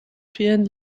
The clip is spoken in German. vielen